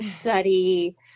Study